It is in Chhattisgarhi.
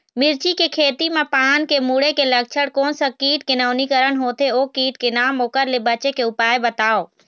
मिर्ची के खेती मा पान के मुड़े के लक्षण कोन सा कीट के नवीनीकरण होथे ओ कीट के नाम ओकर ले बचे के उपाय बताओ?